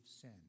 sin